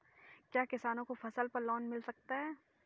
क्या किसानों को फसल पर लोन मिल सकता है?